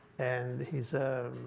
and he's